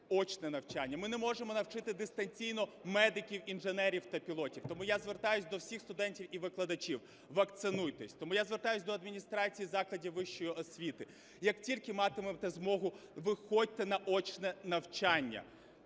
очне навчання. Ми не можемо навчити дистанційно медиків, інженерів та пілотів. Тому я звертаюсь до всіх студентів і викладачів – вакцинуйтесь! Тому я звертаюсь до адміністрацій закладів вищої освіти – як тільки матимете змогу, виходьте на очне навчання.